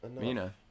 Mina